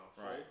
Right